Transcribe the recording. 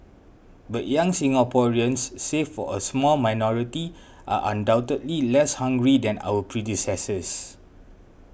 but young Singaporeans save for a small minority are undoubtedly less hungry than our predecessors